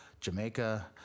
jamaica